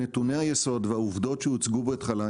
נתוני היסוד והעובדות שהוצגו בהתחלה,